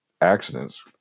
accidents